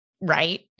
right